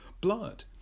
blood